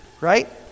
right